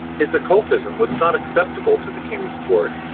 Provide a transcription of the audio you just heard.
his occultism was not acceptable to the king's court,